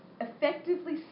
effectively